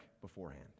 beforehand